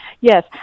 Yes